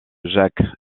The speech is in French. jacques